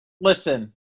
Listen